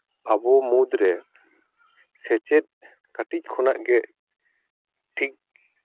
ᱟᱵᱚ ᱢᱩᱫᱽᱨᱮ ᱥᱮᱪᱮᱫ ᱠᱟᱹᱴᱤᱡ ᱠᱷᱚᱱᱟᱜ ᱜᱮ ᱴᱷᱤᱠ